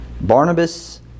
Barnabas